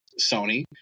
Sony